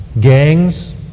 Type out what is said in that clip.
gangs